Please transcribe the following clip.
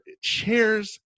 chairs